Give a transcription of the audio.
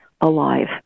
alive